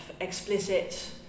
explicit